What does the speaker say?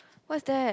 what's that